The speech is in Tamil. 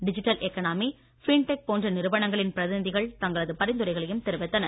டிஜிட்டல் எகானமி பின்டெக் போன்ற நிறுவனங்களின் பிரதிநிதிகள் தங்களது பரிந்துரைகளையும் தெரிவித்தனர்